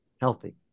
healthy